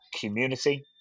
Community